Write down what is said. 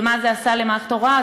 ומה זה עשה למערכת ההוראה,